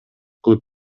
кылып